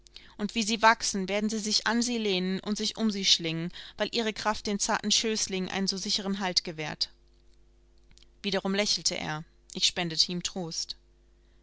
und wie sie wachsen werden sie sich an sie lehnen und sich um sie schlingen weil ihre kraft den zarten schößlingen einen so sicheren halt gewährt wiederum lächelte er ich spendete ihm trost